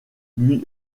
lui